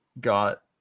got